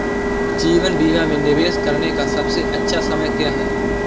जीवन बीमा में निवेश करने का सबसे अच्छा समय क्या है?